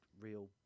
real